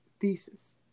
thesis